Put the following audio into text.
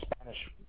Spanish